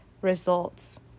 results